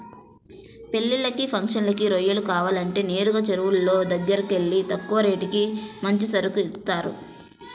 పెళ్ళిళ్ళకి, ఫంక్షన్లకి రొయ్యలు కావాలంటే నేరుగా చెరువులోళ్ళ దగ్గరకెళ్తే తక్కువ రేటుకి మంచి సరుకు ఇత్తారు